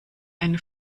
eine